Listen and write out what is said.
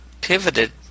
pivoted